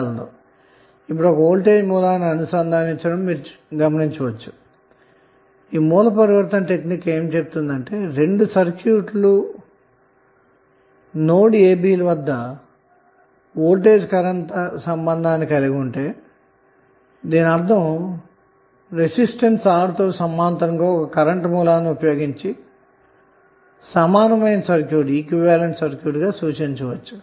అలాగే మీరు ఒక వోల్టేజ్ సోర్స్ ని అనుసంధానిస్తే సోర్స్ ట్రాన్సఫార్మషన్ ప్రక్రియ ఏమి చెబుతుందంటే రెండు సర్క్యూట్ లూ కూడా ab నోడ్ ల వద్ద వోల్టేజ్ కరెంట్ సంబంధాన్ని కలిగి ఉంటే గనక మనం రెసిస్టెన్స్ R కు సమాంతరంగా ఒక కరెంటు సోర్స్ ని వినియీగించి ఈక్వివలెంట్ సర్క్యూట్ని సూచించవచ్చు